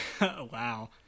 wow